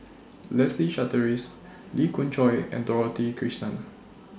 Leslie Charteris Lee Khoon Choy and Dorothy Krishnan